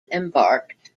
embarked